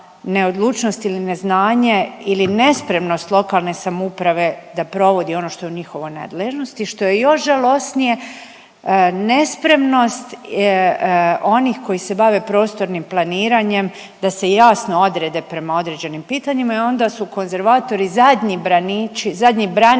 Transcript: neodlučnost ili neznanje ili nespremnost lokalne samouprave da provodi ono što je u njihovoj nadležnosti i što je još žalosnije nespremnost onih koji se bave prostornim planiranjem da se jasno odrede prema određenim pitanjima i onda su konzervatori zadnji braniči,